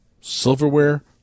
silverware